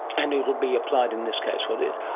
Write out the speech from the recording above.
and it will be applied in this case, will it?